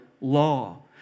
law